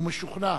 ומשוכנע